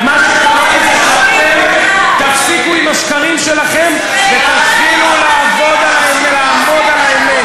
מה שקרה לי זה שאתם תפסיקו עם השקרים שלכם ותתחילו לעמוד על האמת.